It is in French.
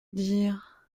dire